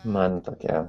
man tokia